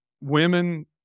women